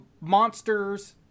monster's